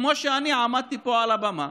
כמו שאני עמדתי פה על הבמה